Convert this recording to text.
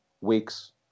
weeks